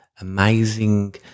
amazing